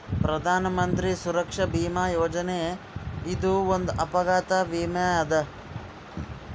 ಪ್ರಧಾನ್ ಮಂತ್ರಿ ಸುರಕ್ಷಾ ಭೀಮಾ ಯೋಜನೆ ಇದು ಒಂದ್ ಅಪಘಾತ ವಿಮೆ ಅದ